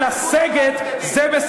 יש לך איזה רעיון?